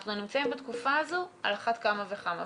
כשאנחנו נמצאים בתקופה הזאת על אחת כמה וכמה.